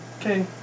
okay